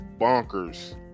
bonkers